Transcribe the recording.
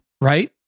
right